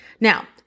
Now